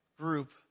group